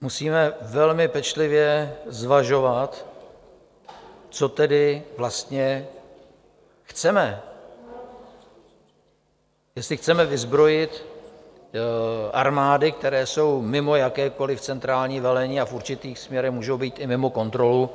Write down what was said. Musíme velmi pečlivě zvažovat, co tedy vlastně chceme, jestli chceme vyzbrojit armády, které jsou mimo jakékoliv centrální velení a v určitých směrech můžou být i mimo kontrolu.